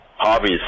Hobbies